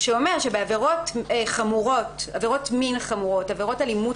שאומר שבעבירות מין חמורות או עבירות אלימות